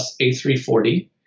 A340